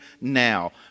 now